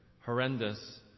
horrendous